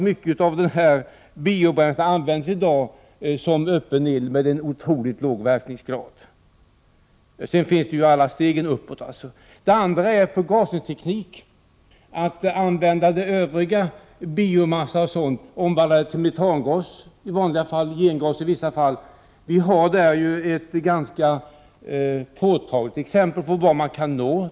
Mycket av biobränslet används faktiskt i dag som öppen eld med otroligt låg verkningsgrad. Sedan finns alla stegen uppåt. Den andra är förgasningstekniken, att omvandla biomassan i vanliga fall till metangas, i vissa fall till gengas. Vi har där ett ganska påtagligt exempel på vad man kan nå.